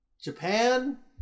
Japan